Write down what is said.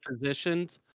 positions